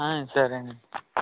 సరేనండి